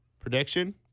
Prediction